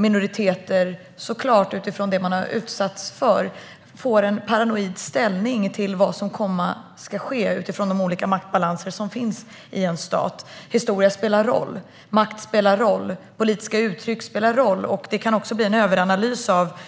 Minoriteter får beroende på vad de utsatts för en paranoid inställning till vad som komma skall med tanke på de maktbalanser som finns i en stat. Historia spelar en roll. Makt spelar en roll. Politiska uttryck spelar en roll. Det kan också bli en överanalys av